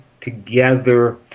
together